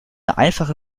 einfache